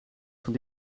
van